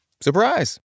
surprise